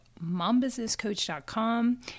Mombusinesscoach.com